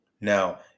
Now